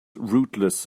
rootless